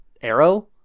Arrow